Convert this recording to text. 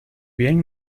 bien